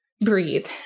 breathe